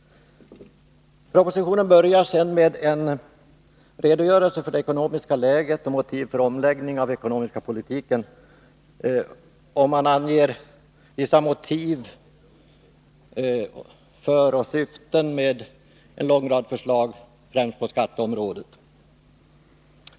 Propositionen fortsätter sedan med en redogörelse för det ekonomiska läget och motiven för en omläggning av den ekonomiska politiken. Man anger vissa motiv för och syften med en lång rad förslag, främst på skatteområdet.